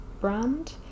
brand